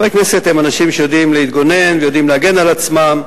חברי כנסת הם אנשים שיודעים להתגונן ויודעים להגן על עצמם,